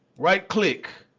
right-click,